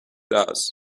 does